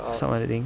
some other thing